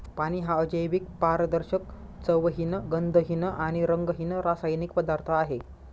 पाणी हा अजैविक, पारदर्शक, चवहीन, गंधहीन आणि रंगहीन रासायनिक पदार्थ आहे